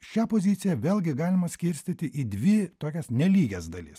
šią poziciją vėlgi galima skirstyti į dvi tokias nelygias dalis